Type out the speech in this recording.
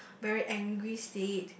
very angry state